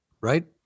right